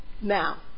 Now